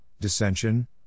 dissension